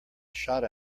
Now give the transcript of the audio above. shot